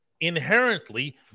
inherently